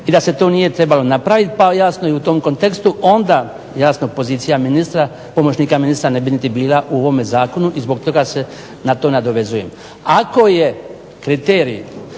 i da se to nije trebalo napraviti, pa jasno i u tom kontekstu onda jasno pozicija ministra, pomoćnika ministra ne bi niti bila u ovome zakonu i zbog toga se na to nadovezujem. Ako je kriterij